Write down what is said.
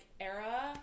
era